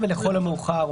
ולכל המאוחר,